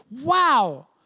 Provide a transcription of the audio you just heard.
Wow